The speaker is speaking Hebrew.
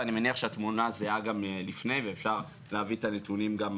ואני מניח שהתמונה זהה גם לפני ואפשר להביא את הנתונים גם אחורה,